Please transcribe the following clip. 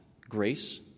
grace